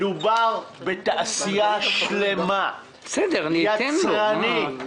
מדובר בתעשייה שלמה יצרנית,